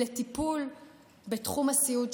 לטיפול בתחום הסיעוד.